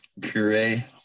Puree